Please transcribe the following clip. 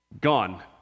gone